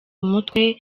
umutwe